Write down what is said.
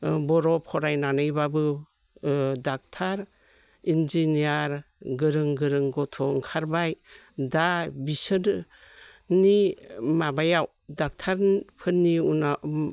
बर'फरायनानैब्लाबो ओ doctor engineer गोरों गोरों गथ' ओंखारबाय दा बिसोरनि माबायाव ड'क्टर फोरनि उनाव